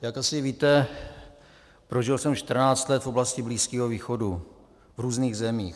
Jak asi víte, prožil jsem čtrnáct let v oblasti Blízkého východu v různých zemích.